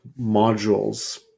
modules